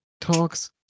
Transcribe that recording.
talks